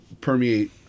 permeate